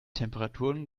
temperaturen